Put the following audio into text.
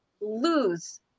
lose